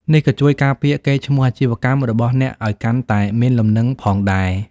នេះក៏ជួយការពារកេរ្តិ៍ឈ្មោះអាជីវកម្មរបស់អ្នកឲ្យកាន់តែមានលំនឹងផងដែរ។